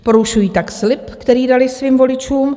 Porušují tak slib, který dali svým voličům.